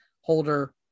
holder